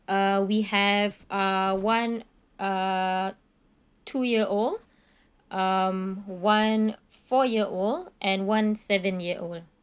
uh we have uh one uh two year old um one four year old and one seven year old